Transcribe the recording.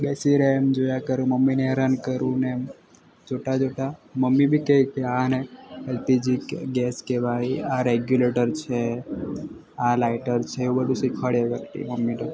બેસી રહે એમ છે જોયા કરું મમ્મીને હેરાન કરુ ને જુઠ્ઠા જુઠ્ઠા મમ્મી બી કહે આને એલપીજી ગેસ કહેવાય આ રેગ્યુલેટર છે આ લાઇટર છે એવું બધું શીખવાડ્યા કરતી હોય મમ્મી તો